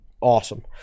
awesome